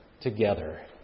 together